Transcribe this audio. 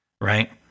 Right